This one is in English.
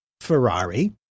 ferrari